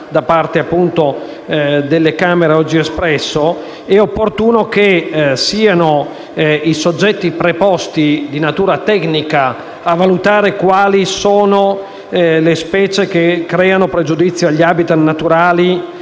da parte delle Camere, è opportuno che siano i soggetti preposti di natura tecnica a valutare quale siano le specie che creano pregiudizio agli habitat naturali